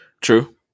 True